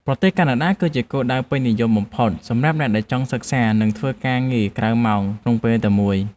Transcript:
ប្រទេសកាណាដា គឺជាគោលដៅពេញនិយមបំផុតសម្រាប់អ្នកដែលចង់សិក្សានិងធ្វើការងារក្រៅម៉ោងក្នុងពេលតែមួយ។